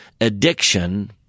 addiction